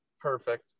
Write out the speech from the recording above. Perfect